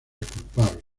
culpable